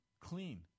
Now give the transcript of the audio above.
clean